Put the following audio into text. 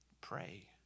Pray